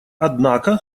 однако